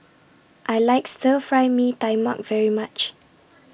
I like Stir Fry Mee Tai Mak very much